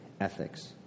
ethics